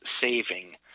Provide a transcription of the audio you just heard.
saving